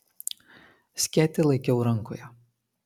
skėtį laikiau rankoje